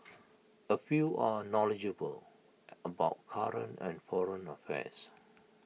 A few are knowledgeable about current and foreign affairs